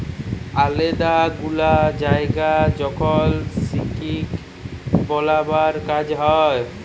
আলেদা গুলা জায়গায় যখল সিলিক বালাবার কাজ হ্যয়